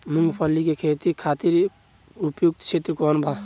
मूँगफली के खेती खातिर उपयुक्त क्षेत्र कौन वा?